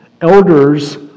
elders